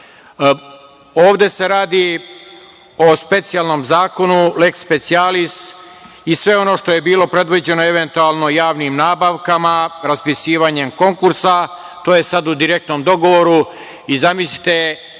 se radi o specijalnom zakonu - lex specialis i sve ono što je bilo predviđeno javnim nabavkama, raspisivanjem konkursa, to je sad u direktnom dogovoru i zamislite